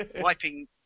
wiping